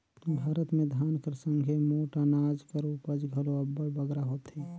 भारत में धान कर संघे मोट अनाज कर उपज घलो अब्बड़ बगरा होथे